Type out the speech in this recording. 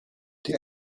die